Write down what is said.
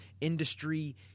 industry